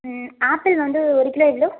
ம் ஆப்பிள் வந்து ஒரு கிலோ எவ்வளோ